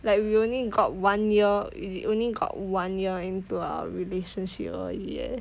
like we only got one year we only got one year into a relationship 而已 eh